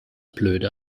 blöde